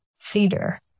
theater